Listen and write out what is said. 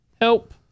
Help